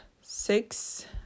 six